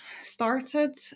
started